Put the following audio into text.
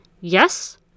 Yes